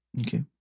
okay